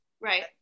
Right